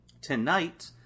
Tonight